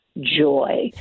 joy